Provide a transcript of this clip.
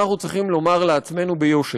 אנחנו צריכים לומר לעצמנו ביושר: